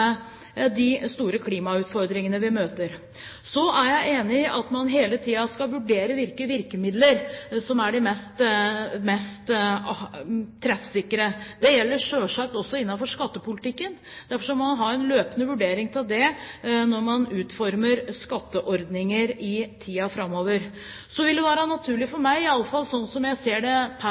de store klimautfordringene vi møter. Jeg er enig i at man hele tiden skal vurdere hvilke virkemidler som er de mest treffsikre. Det gjelder selvsagt også innenfor skattepolitikken. Derfor må man ha en løpende vurdering av det når man utformer skatteordninger i tiden framover. Det vil være naturlig for meg – i alle fall slik jeg ser det